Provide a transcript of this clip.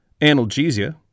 analgesia